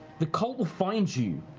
the cult will find you.